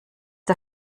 der